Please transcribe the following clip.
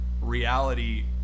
reality